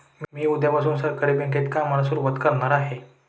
मी उद्यापासून सहकारी बँकेत कामाला सुरुवात करणार आहे